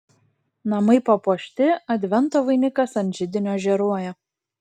namai papuošti advento vainikas ant židinio žėruoja